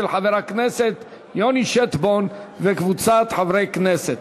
של חבר הכנסת יוני שטבון וקבוצת חברי הכנסת.